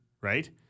right